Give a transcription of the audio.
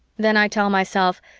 then i tell myself,